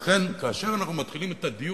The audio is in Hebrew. לכן כאשר אנחנו מתחילם את הדיון,